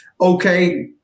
Okay